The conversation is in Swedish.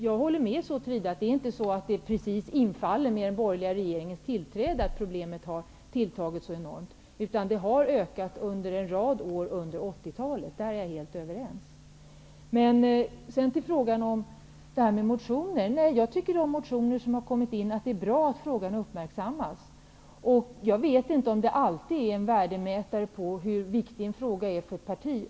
Jag håller med så till vida att det enorma tilltagandet av problemet inte precis sammanfaller med den borgerliga regeringens tillträde utan har skett under en rad råd ökat under Jag tycker att det är bra att frågan har uppmärksammats i de motioner som har avgivits. Jag vet inte om det faktum att man har motionerat eller ej alltid är en värdemätare på hur viktig en fråga är för ett parti.